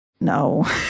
No